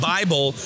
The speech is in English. Bible